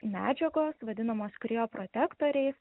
medžiagos vadinamos krioprotektoriais